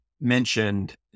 mentioned